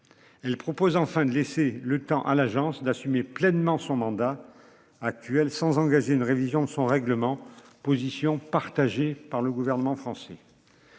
Elle propose enfin de laisser le temps à l'agence d'assumer pleinement son mandat actuel sans engager une révision de son règlement position partagée par le gouvernement français.